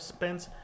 Spence